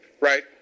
right